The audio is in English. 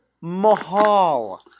Mahal